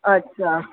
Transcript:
અચ્છા